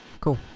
cool